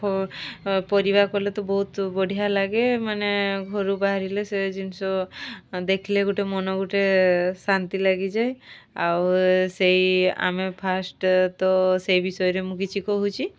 ପରିବା କଲେ ତ ବହୁତ ବଢ଼ିଆ ଲାଗେ ମାନେ ଘରୁ ବାହାରିଲେ ସେ ଜିନିଷ ଦେଖିଲେ ଗୋଟିଏ ମନ ଗୋଟିଏ ଶାନ୍ତି ଲାଗିଯାଏ ଆଉ ସେଇ ଆମେ ଫାଷ୍ଟ୍ ତ ସେଇ ବିଷୟରେ ମୁଁ କିଛି କହୁଛି